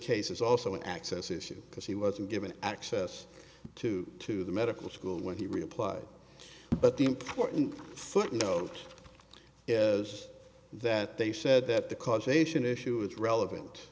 case is also an access issue because he wasn't given access to to the medical school when he replied but the important footnote is that they said that the causation issue is relevant